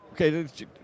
Okay